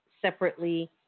separately